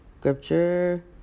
scripture